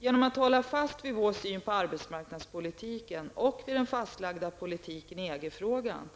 Genom att hålla fast vid vår syn på arbetsmarknadspolitiken och vid den fastlagda politiken i EG-frågan